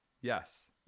Yes